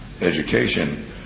education